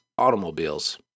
Automobiles